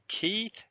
Keith